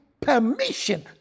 permission